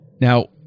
Now